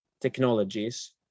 technologies